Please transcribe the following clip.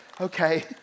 Okay